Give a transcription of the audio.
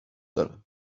دارم